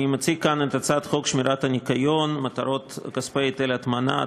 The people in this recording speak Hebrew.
אני מציג כאן את הצעת חוק שמירת הניקיון (מטרות כספי היטל הטמנה),